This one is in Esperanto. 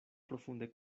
profunde